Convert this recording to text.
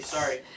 Sorry